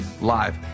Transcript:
live